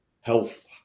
health